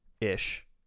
ish